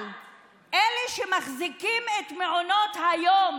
אבל אלה שמחזיקים את מעונות היום